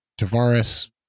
Tavares